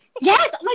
yes